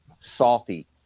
salty